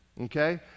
Okay